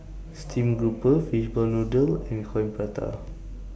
Steamed Grouper Fishball Noodle and Coin Prata